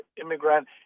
immigrant